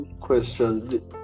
question